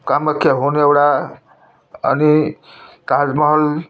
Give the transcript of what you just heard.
कामाख्या हुन् एउटा अनि ताजमहल